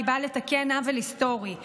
והיא באה לתקן עוול היסטורי,